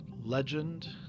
legend